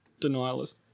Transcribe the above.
denialist